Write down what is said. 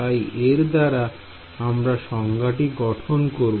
তাই এর দ্বারা আমরা সংজ্ঞাটি গঠন করতে পারব